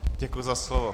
Děkuji za slovo.